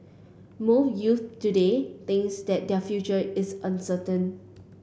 most youths today think that their future is uncertain